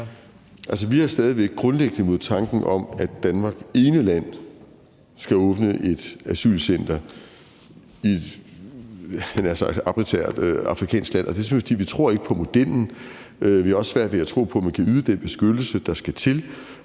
Vi er stadig væk grundlæggende imod tanken om, at Danmark som ene land skal åbne et asylcenter i et, havde jeg nær sagt, arbitrært afrikansk land. Det er simpelt hen, fordi vi ikke tror på modellen. Vi har også svært ved at tro på, at man kan yde den beskyttelse, der skal til,